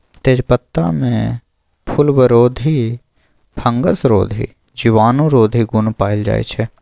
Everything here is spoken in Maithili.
तेजपत्तामे फुलबरोधी, फंगसरोधी, जीवाणुरोधी गुण पाएल जाइ छै